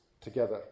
together